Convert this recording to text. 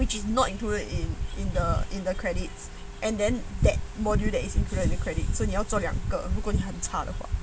which is not included in in the in the credits and then that module that is included in the credit so 你要做两个如果你很差的话